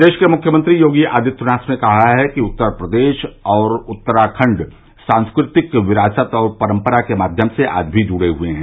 प्रदेश के मुख्यमंत्री योगी आदित्यनाथ ने कहा है कि उत्तर प्रदेश और उत्तराखंड सांस्कृतिक विरासत और परम्परा के माध्यम से आज भी जुड़े हुए हैं